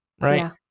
right